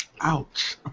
Ouch